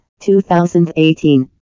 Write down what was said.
2018